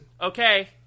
okay